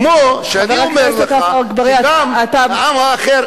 כמו שאני אומר לך שגם העם האחר,